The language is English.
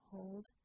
Hold